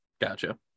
Gotcha